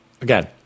Again